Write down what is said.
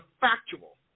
factual